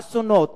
אסונות,